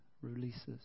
releases